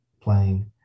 playing